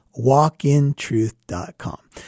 walkintruth.com